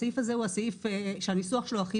הסעיף הזה הוא הסעיף שהניסוח שלו הכי